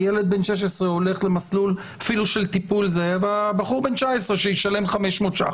הילד בן ה-16 הולך למסלול אפילו של טיפול והבחור בן ה-19 שישלם 500 שקל.